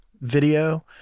video